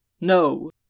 No